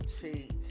take